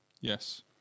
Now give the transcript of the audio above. Yes